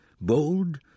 bold